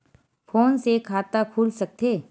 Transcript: Phone से खाता खुल सकथे?